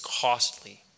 costly